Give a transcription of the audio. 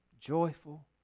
joyful